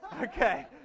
Okay